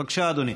בבקשה, אדוני.